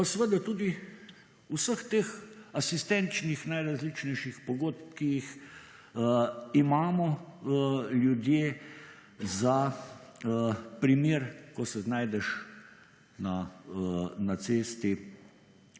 pa seveda tudi vseh teh asistenčnih(?), najrazličnejših pogodb, ki jih imamo ljudje za primer, ko se znajdeš na cesti,